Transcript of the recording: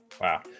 Wow